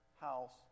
house